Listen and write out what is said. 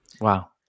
wow